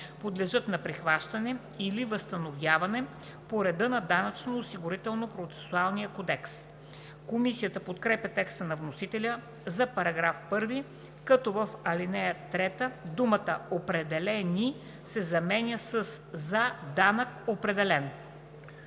подлежат на прихващане или възстановяване по реда на Данъчно-осигурителния процесуален кодекс.“ Комисията подкрепя текста на вносителя за § 1, като в ал. 3 думата „определени“ се заменя със ,,за данък, определен“.